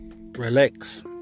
relax